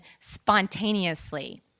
spontaneously